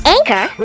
Anchor